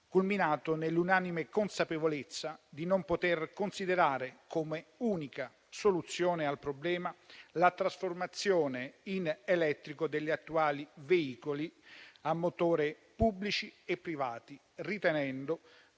culminato nell'unanime consapevolezza di non poter considerare come unica soluzione al problema la trasformazione in elettrico degli attuali veicoli a motore, pubblici e privati, ritenendo,